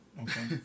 Okay